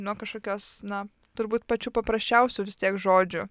nuo kažkokios na turbūt pačių paprasčiausių vis tiek žodžių